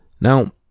Now